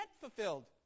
fulfilled